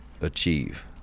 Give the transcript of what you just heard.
achieve